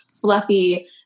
fluffy